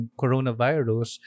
coronavirus